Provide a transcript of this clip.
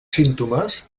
símptomes